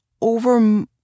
over